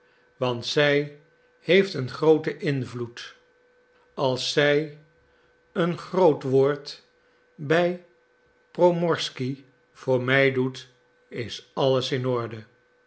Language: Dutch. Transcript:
want zij heeft een grooten invloed als zij een groot woord bij promorsky voor mij doet is alles in orde